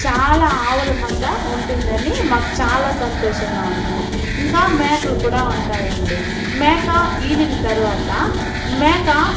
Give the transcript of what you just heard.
చాలా ఆవుల మంద ఉంటుందని మాకు చాలా సంతోషంగా ఉంటుంది ఇంకా మేకలు కూడా ఉంటాయండి మేక ఈనిన తరువాత మేక